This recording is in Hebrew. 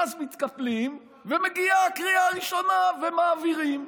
ואז מתקפלים, ומגיעה הקריאה הראשונה, ומעבירים,